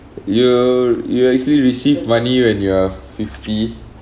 you you actually receive money when you are fifty